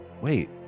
wait